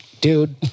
dude